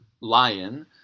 lion